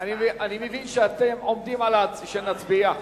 אני מבין שאתם עומדים על זה שנצביע.